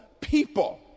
people